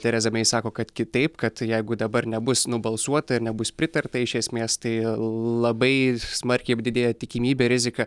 tereza mei sako kad kitaip kad jeigu dabar nebus nubalsuota ir nebus pritarta iš esmės tai labai smarkiai apdidėja tikimybė rizika